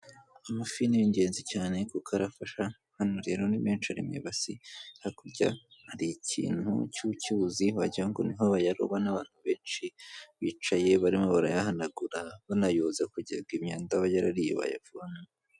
Amafi ni ingenzi cyane kuko arafasha, hano rero ni menshi ari mw'abasi, hakurya hari ikintu cy'uruzi wagirango niho bayaroba n'abantu benshi bicaye barimo barayahanagura banayoza kugirango imyanda yaba yarariye bayivanemo.